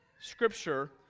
Scripture